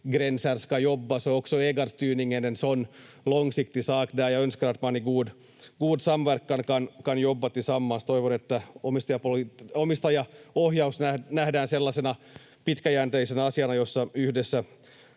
Toivon, että omistajaohjaus nähdään sellaisena pitkäjänteisenä asiana, jossa yhdessä